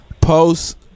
Post